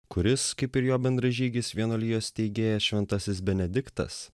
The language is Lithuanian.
kuris kaip ir jo bendražygis vienuolijos steigėjas šventasis benediktas